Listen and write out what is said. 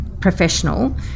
professional